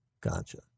gotcha